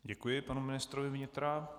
Děkuji panu ministrovi vnitra.